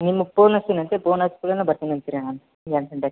ನಿಮ್ಗೆ ಪೋನ್ ಹಚ್ಚಿನಂತೆ ಪೋನ್ ಹಚ್ಚಿ ಕೂಡಲೆ ನಾನು ಬರ್ತೀನಂತೆ ರೀ ಎಂಟು ಗಂಟೆಗೆ